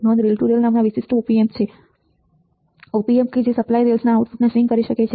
નોંધ rail to rail નામના વિશિષ્ટ op amp છે op amps કે જે સપ્લાય રેલ્સના આઉટપુટને સ્વિંગ કરી શકે છે